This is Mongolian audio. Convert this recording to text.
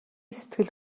сэтгэл